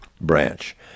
branch